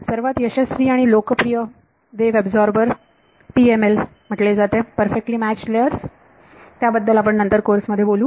सर्वात यशस्वी आणि लोकप्रिय वेव्ह शोषकांना पीएमएल म्हटले जाते परफेक्टलि मॅचड लेअर्स त्याबद्दल आपण नंतर कोर्स मध्ये बोलू